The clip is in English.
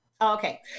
Okay